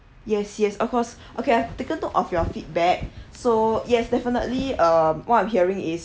yes yes of course okay I've taken note of your feedback so yes definitely uh what I'm hearing is